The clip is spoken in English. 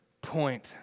point